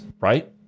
right